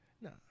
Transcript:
No